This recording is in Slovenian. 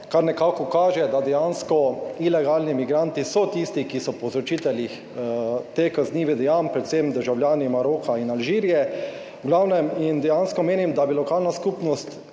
Kar nekako kaže, da so dejansko ilegalni migranti tisti, ki so povzročitelji teh kaznivih dejanj, predvsem državljani Maroka in Alžirije, v glavnem. Dejansko menim, da bi lokalna skupnost